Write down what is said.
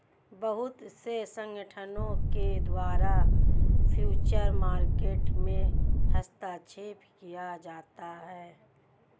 बहुत से संगठनों के द्वारा फ्यूचर मार्केट में हस्तक्षेप किया जाता है